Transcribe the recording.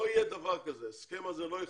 לא יהיה דבר כזה, ההסכם הזה לא ייחתם,